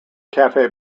cafe